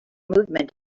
movement